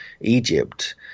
egypt